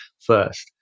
first